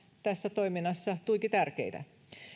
tässä toiminnassa tuiki tärkeitä